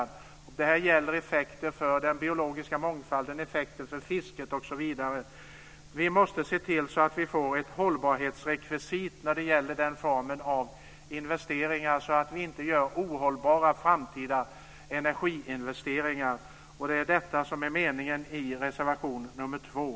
Det gäller effekter för den biologiska mångfalden, effekter för fisket osv. Vi måste se till att vi får ett hållbarhetsrekvisit när det gäller denna form av investeringar, så att vi inte gör ohållbara framtida energiinvesteringar. Det är detta som är meningen i reservation 2.